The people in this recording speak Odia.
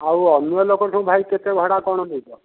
ଆଉ ଅନ୍ୟ ଲୋକଠୁଁ ଭାଇ କେତେ ଭଡ଼ା କଣ ନେଉଛ